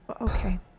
Okay